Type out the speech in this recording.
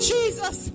Jesus